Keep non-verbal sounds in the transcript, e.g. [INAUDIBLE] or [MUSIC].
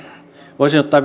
voisin ottaa [UNINTELLIGIBLE]